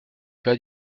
pas